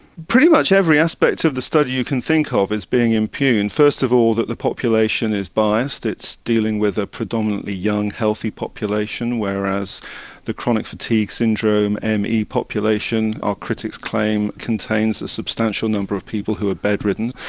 pretty much every aspect of the study you can think ah of is being impugned. first of all the population is biased, it's dealing with a predominately young, healthy population, whereas the chronic fatigue syndrome, and me, population our critics claim contains a substantial number of people who are bedridden.